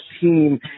team